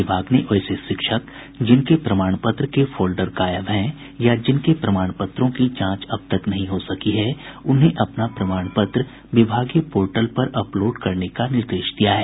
विभाग ने वैसे शिक्षक जिनके प्रमाण पत्र के फोल्डर गायब हैं या जिनके प्रमाण पत्रों की जांच अब तक नहीं हो सकी है उन्हें अपना प्रमाण पत्र विभागीय पोर्टल पर अपलोड करने का निर्देश दिया है